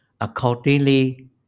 Accordingly